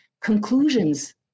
conclusions